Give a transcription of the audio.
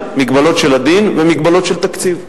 המגבלות הן שתיים: מגבלות של הדין ומגבלות של תקציב.